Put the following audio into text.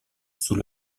sous